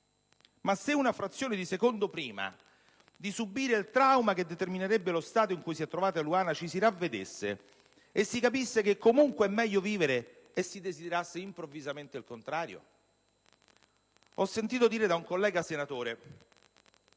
Ma se una frazione di secondo prima di subire il trauma che determinerebbe lo stato in cui si è trovata Eluana ci si ravvedesse e si capisse che è comunque meglio vivere e si desiderasse improvvisamente il contrario? Ho sentito dire da un collega senatore